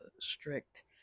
strict